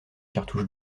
cartouche